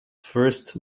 first